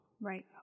Right